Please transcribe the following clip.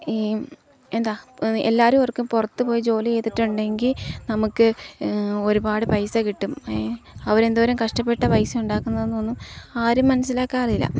ഈ എന്താണ് എല്ലാവരും ഓർക്കും പുറത്തുപോയി ജോലി ചെയ്തിട്ടുണ്ടെങ്കില് നമുക്ക് ഒരുപാട് പൈസ കിട്ടും അവരെന്തോരം കഷ്ടപ്പെട്ടാണു പൈസ ഉണ്ടാക്കുന്നതെന്നൊന്നും ആരും മനസ്സിലാക്കാറില്ല